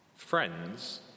Friends